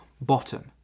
bottom